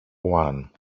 one